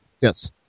Yes